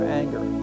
anger